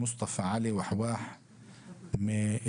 מוסטפא עלי אל-וחואח מלוד.